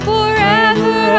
Forever